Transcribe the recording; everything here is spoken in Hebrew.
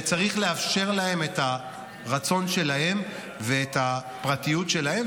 וצריך לאפשר להם את הרצון שלהם ואת הפרטיות שלהם,